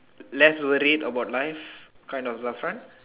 less worried about life kind of last time